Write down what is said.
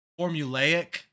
formulaic